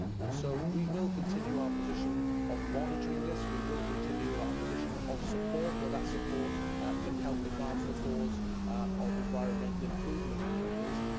and so we will continue our position of monitoring this. we will continue our position of support where that support can help advance the cause of environmental improvement in wales.